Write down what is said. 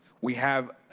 we have,